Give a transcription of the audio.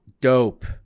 Dope